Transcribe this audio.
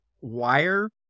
wire